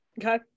Okay